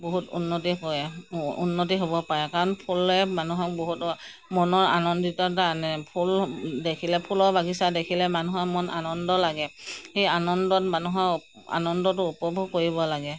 বহুত উন্নতি কৰে উন্নতি হ'ব পাৰে কাৰণ ফুলে মানুহক বহুত মনত আনন্দিত এটা আনে ফুল দেখিলে ফুলৰ বাগিচা দেখিলে মানুহৰ মন আনন্দ লাগে সেই আনন্দত মানুহৰ আনন্দটো উপভোগ কৰিব লাগে